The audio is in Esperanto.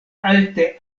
alte